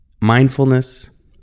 mindfulness